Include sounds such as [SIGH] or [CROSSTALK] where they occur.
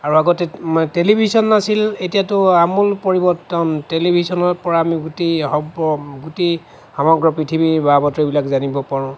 আৰু আগতে [UNINTELLIGIBLE] টেলিভিছন নাছিল এতিয়াতো আমূল পৰিবৰ্তন টেলিভিছনৰ পৰা আমি [UNINTELLIGIBLE] গোটেই সমগ্ৰ পৃথিৱীৰ বা বাতৰিবিলাক জানিব পাৰোঁ